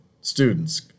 students